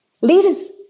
Leaders